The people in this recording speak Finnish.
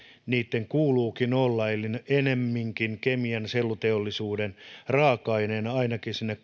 niitten kuuluukin olla eli ennemminkin kemian ja selluteollisuuden raaka aineena ainakin sinne